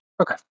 Okay